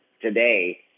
today